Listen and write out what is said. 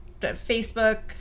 Facebook